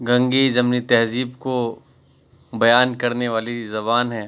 گنگی جمنی تہذیب کو بیان کرنے والی زبان ہے